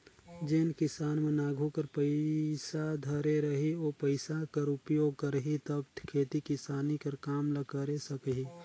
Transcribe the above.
जेन किसान मन आघु कर पइसा धरे रही ओ पइसा कर उपयोग करही तब खेती किसानी कर काम ल करे सकही